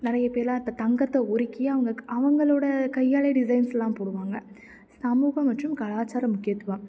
நிறைய பேரெல்லாம் இப்போ தங்கத்தை உருக்கியே அவர்களுக்கு அவர்களோட கையாலே டிசைன்ஸ்செல்லாம் போடுவாங்க சமூகம் மற்றும் கலாச்சார முக்கியத்துவம்